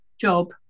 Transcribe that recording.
job